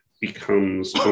becomes